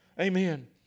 Amen